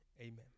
Amen